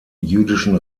jüdischen